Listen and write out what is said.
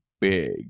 big